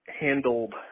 handled